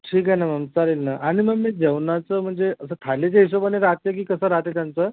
ठीक आहे ना मॅम चालेल ना आणि मग मी जेवणाचं म्हणजे असं थालीच्या हिशोबानं राहते की कसं राहते त्यांचं